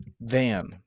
Van